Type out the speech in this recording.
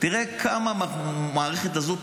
ראה כמה המערכת הזאת